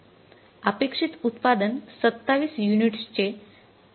अपेक्षित उत्पादन २७ युनिट्सचे